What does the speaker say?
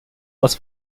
was